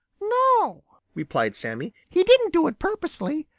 no, replied sammy. he didn't do it purposely.